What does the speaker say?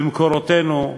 במקורותינו,